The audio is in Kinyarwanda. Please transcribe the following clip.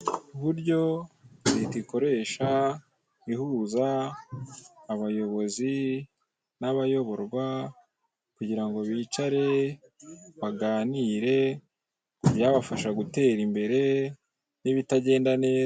Uburyo leta ikoresha ihuza abayobozi n'abayoborwa kugira ngo bicare baganire ibyabafasha gutera imbere n' ibitagenda neza.